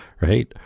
right